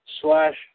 Slash